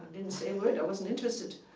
didn't say a word i wasn't interested.